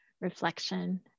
reflection